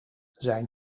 zijn